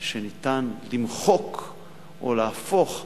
שניתן למחוק או להפוך?